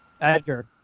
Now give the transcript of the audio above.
Edgar